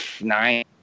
nine